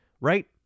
right